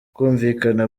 kumvikana